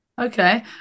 Okay